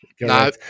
No